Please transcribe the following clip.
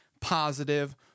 positive